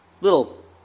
little